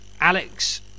Alex